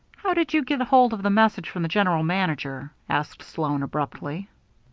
how did you get hold of the message from the general manager? asked sloan abruptly.